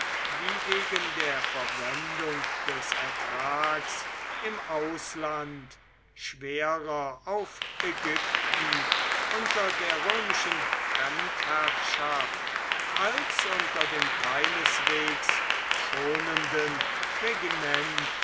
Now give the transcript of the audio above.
wie wegen der verwendung des ertrags im ausland schwerer auf ägypten unter der römischen fremdherrschaft als unter dem keineswegs schonenden regiment